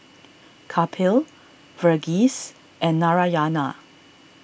Kapil Verghese and Narayana